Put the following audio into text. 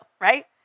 right